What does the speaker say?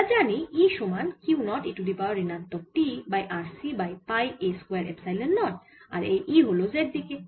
আমরা জানি E সমান Q naught e to the power ঋণাত্মক t by RC by pi a square epsilon naught আর এই E হল z দিকে